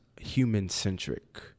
human-centric